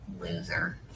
Loser